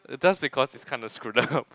just because it's kinda screwed up